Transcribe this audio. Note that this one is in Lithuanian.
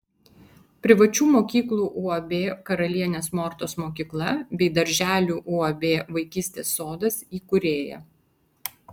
privačių mokyklų uab karalienės mortos mokykla bei darželių uab vaikystės sodas įkūrėja